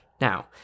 Now